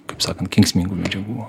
kaip sakant kenksmingų medžiagų